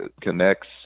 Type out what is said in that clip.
connects